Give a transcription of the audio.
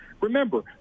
remember